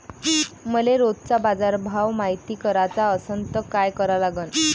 मले रोजचा बाजारभव मायती कराचा असन त काय करा लागन?